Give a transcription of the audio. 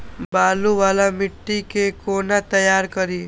बालू वाला मिट्टी के कोना तैयार करी?